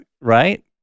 right